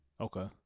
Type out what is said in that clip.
Okay